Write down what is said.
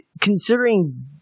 considering